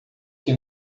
que